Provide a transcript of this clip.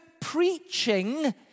preaching